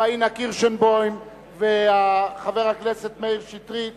פניה קירשנבאום וחבר הכנסת מאיר שטרית